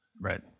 Right